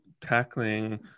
tackling